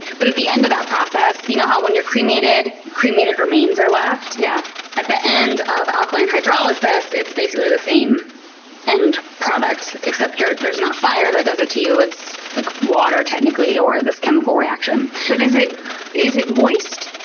but at the end of that process, you know how when you're cremated, cremated remains are left? yeah at the end of alkaline hydrolysis, it's basically the same end product, except there's not fire that does it to you. it's like water, technically, or this chemical reaction. but is it is it moist?